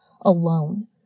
Alone